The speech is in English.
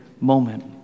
moment